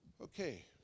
Okay